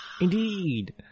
Indeed